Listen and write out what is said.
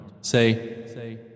Say